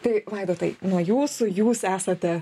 tai vaidotai nuo jūsų jūs esate